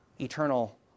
eternal